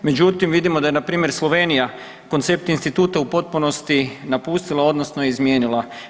Međutim, vidimo da je npr. Slovenija koncept instituta u potpunosti napustila odnosno izmijenila.